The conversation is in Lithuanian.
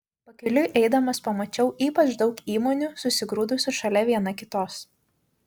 pakeliui eidamas pamačiau ypač daug įmonių susigrūdusių šalia viena kitos